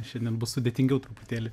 šiandien bus sudėtingiau truputėlį